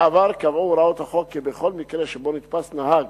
בעבר קבעו הוראות החוק כי בכל מקרה שבו נתפס נהג